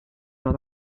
got